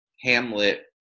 Hamlet